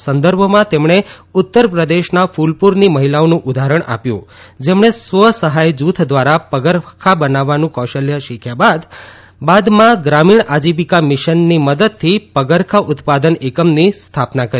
આ સંદર્ભમાં તેમણે ઉત્તરપ્રદેશના ફલપુરની મહિલાઓનું ઉદાહરણ આપ્યું જેમણે સ્વસહાય જૂથ દ્વારા પગરખા બનાવવાનું કૌશલ્ય શીખ્યા અને બાદમાં ગ્રામીણ આજીવિકા મીશનની મદદથી પગરખાં ઉત્પાદન એકમની સ્થાપના કરી